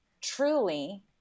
truly